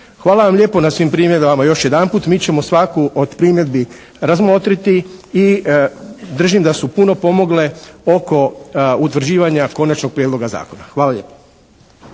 Hvala vam lijepo na svim primjedbama još jedanput. Mi ćemo svaku od primjedbi razmotriti i držim da su puno pomogle oko utvrđivanja konačnog prijedloga zakona. Hvala lijepo.